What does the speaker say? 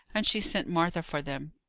and she sent martha for them.